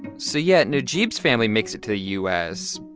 so yeah, najeeb's family makes it to the u s,